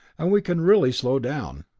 and we can really slow down.